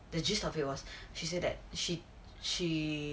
the gist of it was she said that she she